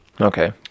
Okay